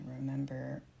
remember